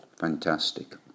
fantastic